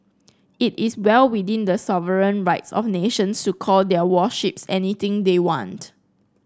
it is well within the sovereign rights of nations to call their warships anything they want